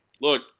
Look